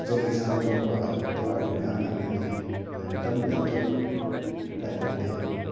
challenge ꯌꯥꯝ ꯇꯧꯔꯒ ꯑꯗꯨ ꯇꯧꯕ ꯑꯩꯉꯣꯟꯗ ꯌꯥꯝ ꯂꯛꯅꯈꯤ ꯑꯗꯨꯏ ꯃꯇꯝꯗꯨꯗ ꯑꯩ ꯀꯩꯝ ꯔꯤꯄ꯭ꯂꯥꯏ ꯇꯧꯗꯦ